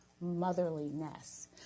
motherliness